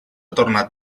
tornat